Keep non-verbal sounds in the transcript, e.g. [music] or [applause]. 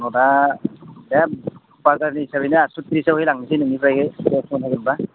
माबा बिराद बाजारनि हिसाबैनो आदस' त्रिसै लांनोसै नोंनिफ्रायहै [unintelligible]